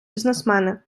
бізнесмени